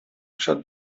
shut